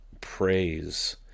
praise